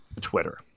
Twitter